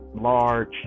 large